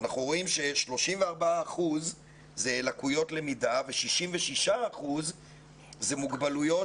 אנחנו רואים ש34 אחוז זה לקויות למידה ו-66% זה מוגבלויות